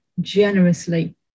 generously